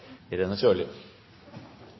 Irene Sjøli